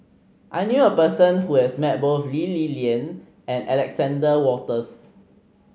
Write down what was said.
I knew a person who has met both Lee Li Lian and Alexander Wolters